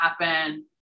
happen